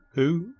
who,